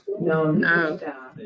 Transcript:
no